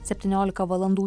septyniolika valandų